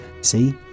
See